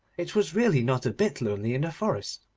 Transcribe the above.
it was really not a bit lonely in the forest.